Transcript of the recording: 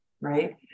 right